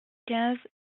quinze